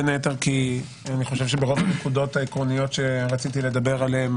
בין היתר כי ברוב הנקודות העיקריות שרציתי לדבר בהן